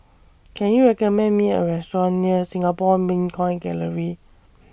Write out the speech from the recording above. Can YOU recommend Me A Restaurant near Singapore Mint Coin Gallery